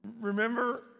Remember